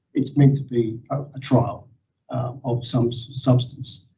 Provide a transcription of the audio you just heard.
it's made to be a trial of some substance.